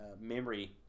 memory